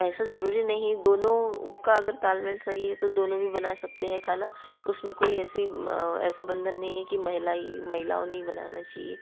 ऐसे ज़रूरी नहीं दोनों का अगर तालमेल सही है तो दोनों भी बना सकते हैं खाना उसमें कोई ऐसी ऐसा बंधन नहीं है कि महिला ही महिलाओं ने ही बनाना चाहिए